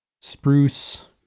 Spruce